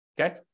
Okay